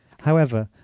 however,